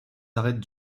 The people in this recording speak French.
arêtes